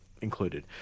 included